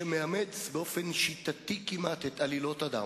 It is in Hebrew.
שמאמץ באופן שיטתי כמעט את עלילות הדם.